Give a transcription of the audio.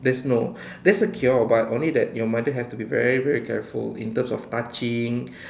there's no there's a cure but only that your mother have to be very very careful in terms of touching